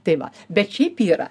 tai va bet šiaip yra